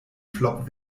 flop